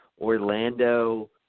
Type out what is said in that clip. Orlando